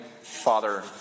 Father